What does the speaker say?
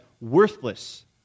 worthless